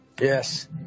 yes